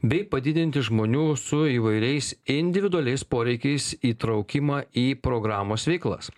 bei padidinti žmonių su įvairiais individualiais poreikiais įtraukimą į programos veiklas